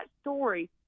story